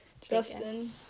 Justin